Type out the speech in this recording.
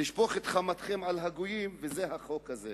לשפוך את חמתכם על הגויים, זה החוק הזה.